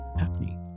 acne